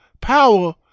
Power